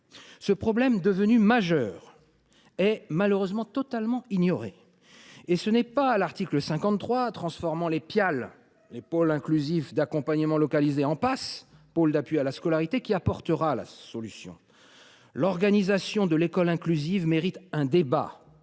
Ce problème, devenu majeur, est, hélas ! totalement ignoré. Et ce n’est pas l’article 53, transformant les pôles inclusifs d’accompagnement localisés (Pial) en pôles d’appui à la scolarité (PAS), qui apportera la solution. L’organisation de l’école inclusive mérite un débat